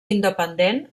independent